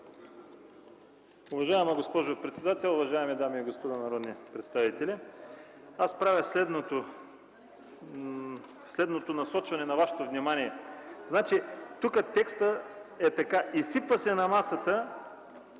Уважаема госпожо председател, уважаеми дами и господа народни представители! Аз правя следното насочване на Вашето внимание. Тук текстът е така: изсипва се на масата,